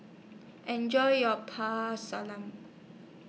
Enjoy your